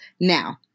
Now